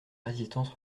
résistance